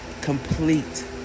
complete